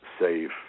safe